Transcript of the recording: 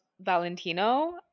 Valentino